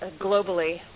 globally